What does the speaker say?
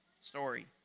story